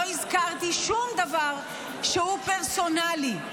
לא הזכרתי שום דבר שהוא פרסונלי,